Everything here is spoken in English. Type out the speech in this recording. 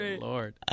Lord